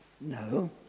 No